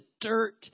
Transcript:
dirt